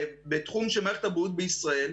בתחום של מערכת הבריאות בישראל,